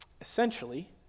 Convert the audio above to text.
Essentially